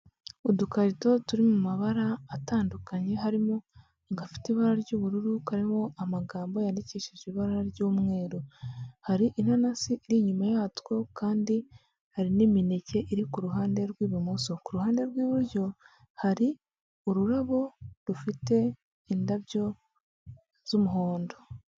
Udukarito turi m’ amabara atandukanye harimo agafite ibara ry'ubururu, karimo amagambo yandikishije ibara ry'umweru, hari inanasi iri inyuma yatwo kandi hari n'imineke iri ku ruhande rw'ibumoso, ku ruhande rw'iburyo hari ururabo rufite indabyo z'umuhondo.